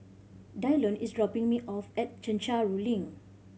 Dylon is dropping me off at Chencharu Link